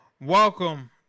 Welcome